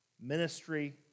ministry